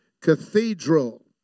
cathedral